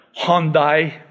Hyundai